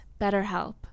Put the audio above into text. BetterHelp